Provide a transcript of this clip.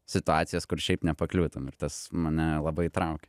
situacijas kur šiaip nepakliūtum ir tas mane labai traukia